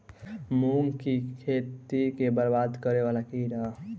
मूंग की खेती केँ बरबाद करे वला कीड़ा?